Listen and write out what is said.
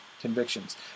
convictions